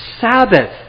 Sabbath